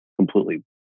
completely